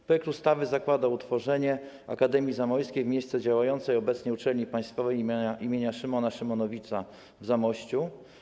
Projekt ustawy zakłada utworzenie Akademii Zamojskiej w miejsce działającej obecnie Uczelni Państwowej im. Szymona Szymonowica w Zamościu.